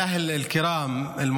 (אומר דברים השפה